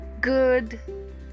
good